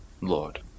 Lord